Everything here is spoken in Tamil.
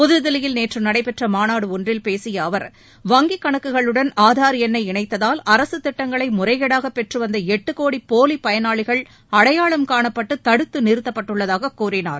புதுதில்லியில் நேற்று நடைபெற்ற மாநாடு ஒன்றில் பேசிய அவர் வங்கிக் கணக்குகளுடன் ஆதார் எண்ணை இணைத்ததால் அரசுத் திட்டங்களை முறைகேடாக பெற்று வந்த எட்டு கோடி போலி பயனாளிகள் அடையாளம் காணப்பட்டு தடுத்து நிறுத்தப்பட்டுள்ளதாகக் கூறினார்